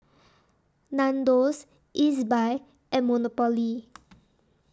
Nandos Ezbuy and Monopoly